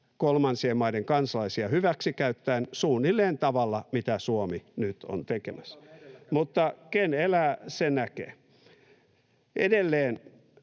kolmansien maiden kansalaisia hyväksikäyttäen suunnilleen tavalla, mitä Suomi nyt on tekemässä. [Juho Eerola: Olkaamme